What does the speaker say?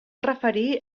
referir